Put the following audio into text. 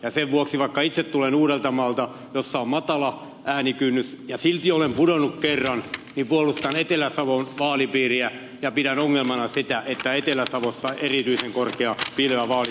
ja sen vuoksi vaikka itse tulen uudeltamaalta jossa on matala äänikynnys ja silti olen pudonnut kerran niin puolustan etelä savon vaalipiiriä ja pidän ongelmana sitä että etelä savossa on erityisen korkea piilevä vaalikynnys